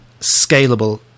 scalable